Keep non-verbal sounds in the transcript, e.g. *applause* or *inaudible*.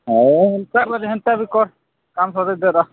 ହଁ *unintelligible* ହେନ୍ତା ବି କର୍ କାମ୍ *unintelligible*